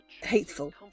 hateful